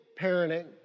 parenting